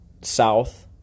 south